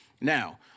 Now